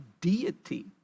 deity